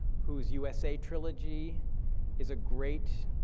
whose u s a. trilogy is a great